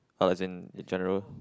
uh as in in general